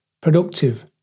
productive